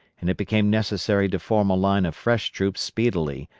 and it became necessary to form a line of fresh troops speedily,